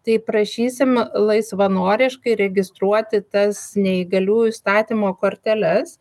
tai prašysim laisvanoriškai registruoti tas neįgaliųjų statymo korteles